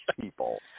people